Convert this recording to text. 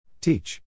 Teach